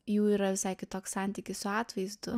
jų yra visai kitoks santykis su atvaizdu